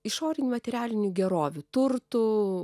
išorinių materialinių gerovių turtų